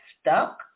stuck